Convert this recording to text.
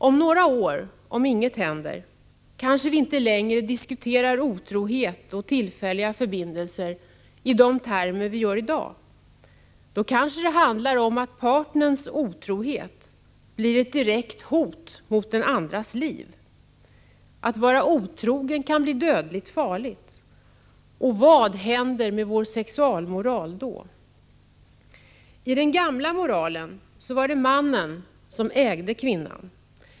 Om några år — om inget händer — kanske vi inte längre diskuterar otrohet och tillfälliga förbindelser i de termer som vi i dag gör. Då kanske det handlar om att partnerns otrohet blir ett direkt hot mot den andres liv. Att vara otrogen kan bli dödligt farligt. Vad händer då med vår sexualmoral? I den gamla moralen var det mannen som ägde kvinnan.